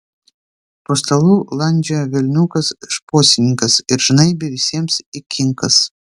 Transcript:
po stalu landžiojo velniukas šposininkas ir žnaibė visiems į kinkas